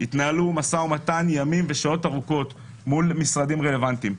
התנהל משא-ומתן ימים ושעות ארוכות מול משרדים רלוונטיים.